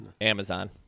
Amazon